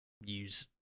use